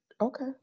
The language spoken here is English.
Okay